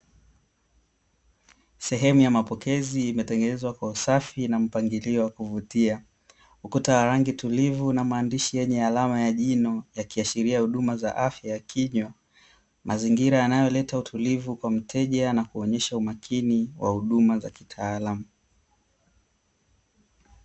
Sehemu ya mapokezi imetengenezwa kwa usafi na mpangilio wa kuvutia, ukuta wa rangi tulivu na maandishi yenye alama ya jino yakiashiria huduma za afya ya kinywa. Mazingira yanayoleta utulivu kwa mteja na kuonyesha umakini, wa huduma za kitaalamu.